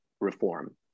reform